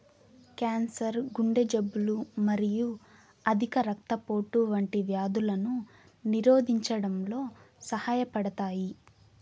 cancer, గుండె జబ్బులు మరియు అధిక రక్తపోటు వంటి వ్యాధులను నిరోధించడంలో సహాయపడతాయి